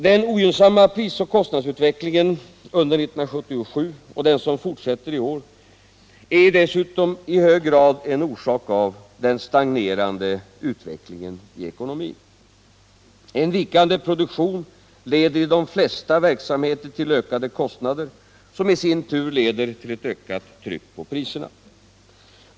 Den ogynnsamma pris och kostnadsutvecklingen under 1977, som fortsätter i år, är dessutom i hög grad orsakad av den stagnerande utvecklingen i vår ekonomi. En vikande produktion leder i de flesta verksamheter till ökade kostnader, som då i sin tur leder till ett ökat tryck på priserna.